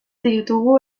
ditugu